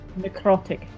necrotic